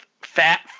Fat